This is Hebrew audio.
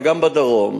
וגם בדרום.